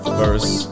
verse